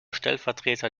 stellvertreter